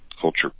culture